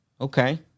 Okay